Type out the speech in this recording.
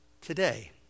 today